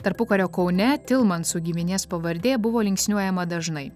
tarpukario kaune tilmansų giminės pavardė buvo linksniuojama dažnai